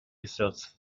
sells